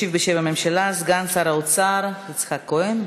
ישיב בשם הממשלה סגן שר האוצר יצחק כהן.